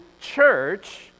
Church